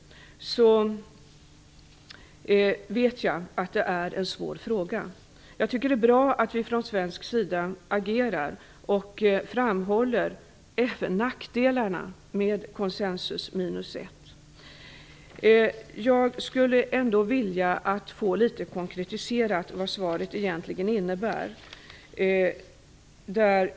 Jag tycker att det är bra att vi från svensk sida agerar och framhåller för och nackdelarna med konsensus minus ett. Jag skulle ändå vilja få konkretiserat vad svaret egentligen innebär.